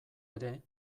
ere